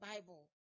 Bible